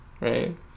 right